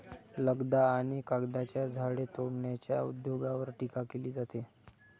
लगदा आणि कागदाच्या झाडे तोडण्याच्या उद्योगावर टीका केली जाते